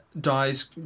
dies